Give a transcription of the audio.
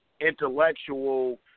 intellectual